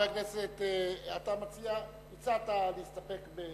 הצעת להסתפק.